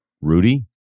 Rudy